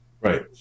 Right